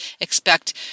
expect